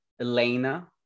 Elena